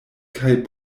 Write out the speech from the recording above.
kaj